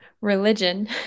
Religion